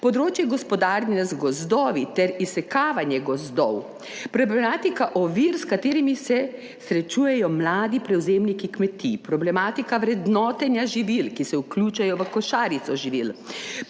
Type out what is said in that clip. področje gospodarjenja z gozdovi ter izsekavanje gozdov, problematika ovir s katerimi se srečujejo mladi prevzemniki kmetij, problematika vrednotenja živil, ki se vključijo v košarico živil,